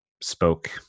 spoke